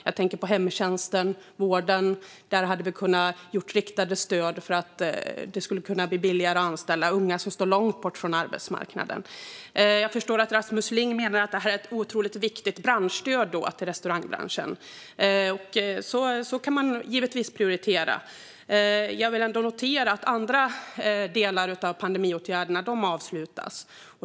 Jag tänker på hemtjänsten och på vården, där vi hade kunnat ha riktade stöd för att göra det billigare att anställa unga som står långt ifrån arbetsmarknaden. Jag förstår att Rasmus Ling menar att det är ett otroligt viktigt branschstöd till restaurangbranschen. Så kan man givetvis prioritera. Jag noterar att andra delar av pandemiåtgärderna avslutas.